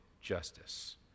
justice